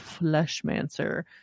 Fleshmancer